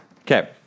Okay